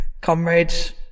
comrades